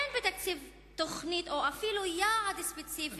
אין בתקציב תוכנית או אפילו יעד ספציפי מפורט.